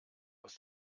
aus